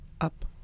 Up